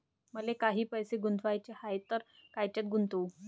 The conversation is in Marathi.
मले काही पैसे गुंतवाचे हाय तर कायच्यात गुंतवू?